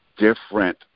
different